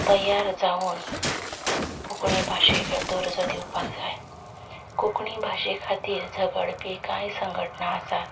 तयार जावन कोंकणी भाशेक हो दर्जो दिवपाक जाय कोंकणी भाशे खातीर झगडपी कांय संघटना आसात